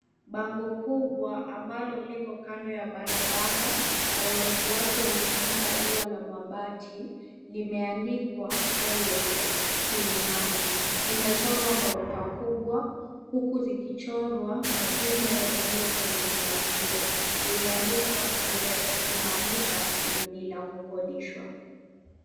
Bango kubwa ambalo liko kando ya barabara na urefu wake umeshinda ua la mabati limeandikwa Highway Heights Kilimani. Limechorwa ghorofa kubwa huku zikichorwa majumba yaliyo kwenye nyumba hiyo. Limeandikwa to let kumaanisha ni la kukodishwa.